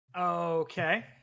Okay